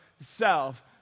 self